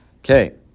Okay